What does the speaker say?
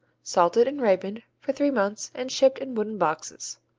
salted and ripened for three months and shipped in wooden boxes.